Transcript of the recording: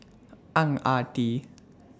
Ang Ah Tee